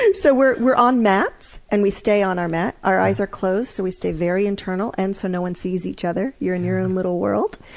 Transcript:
and so we're we're on mats, and we stay on our mat. our eyes are closed, so we stay very internal, and so no one sees each other you're in your own little world.